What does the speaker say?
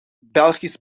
belgisch